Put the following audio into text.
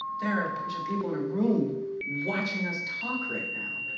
there are a bunch of people in a room watching us talk right now.